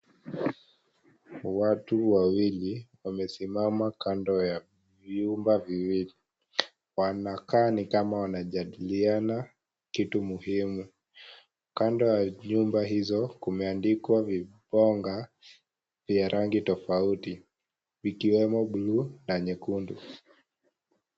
Watu wamwili wamesimama kando ya vyumba viwili , kando ya vyumba viwili , wanakaa kama wanajadiliana kitu muhimu. Kando ya nyuma hizo kumeandikwa viponga vya rangi tofauti ikiwemo bluu na nyekundu.